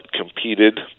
competed